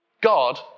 God